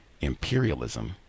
imperialism